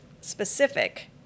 specific